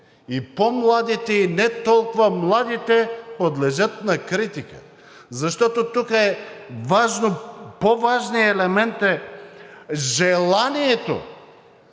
и по-младите, и не толкова младите подлежат на критика, защото тук по-важният елемент е желанието